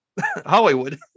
Hollywood